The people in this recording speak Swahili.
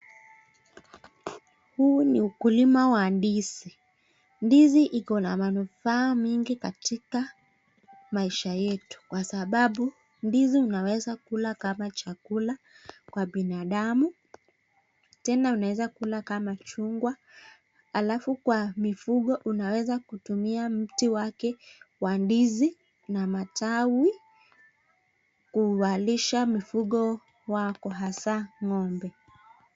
Huu ni ukulima wa ndizi. Ndizi iko na manufaa mengi katika maisha yetu kwa sababu ndizi unaweza kula kama chakula kwa binadamu, tena unaweza kula kama chungwa. Alafu kwa mifugo unaweza kutumia mti wake wa ndizi na matawi kuwalisha mifugo wako hasa ng'ombe.